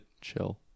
chill